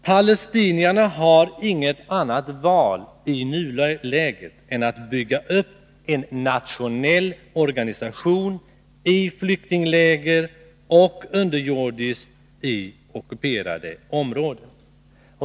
Palestinierna har inget annat val i nuläget än att bygga upp en nationell organisation i flyktingläger och underjordiskt i ockuperade områden.